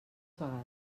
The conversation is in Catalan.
vegades